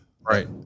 Right